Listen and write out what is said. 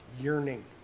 yearning